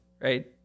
right